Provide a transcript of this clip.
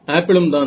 ஆப்பிளும்தான்